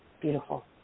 Beautiful